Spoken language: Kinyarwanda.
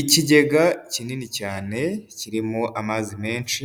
Ikigega kinini cyane kirimo amazi menshi,